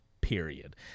period